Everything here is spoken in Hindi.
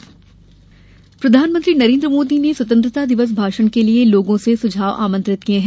पीएम सुझाव प्रधानमंत्री नरेन्द्र मोदी ने स्वतंत्रता दिवस भाषण के लिये लोगों से सुझाव आमंत्रित किये हैं